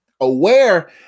Aware